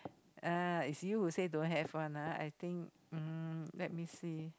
uh it's you who say don't have one ah I think um let me see